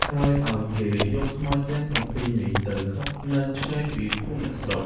ហើយឲ្យគេយកខ្មោចទាំង ៧ នេះទៅកប់នៅឆ្ងាយពីភូមិអ្នកស្រុក។